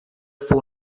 for